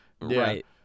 Right